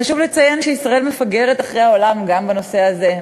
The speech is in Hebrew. חשוב לציין שישראל מפגרת אחרי העולם גם בנושא הזה.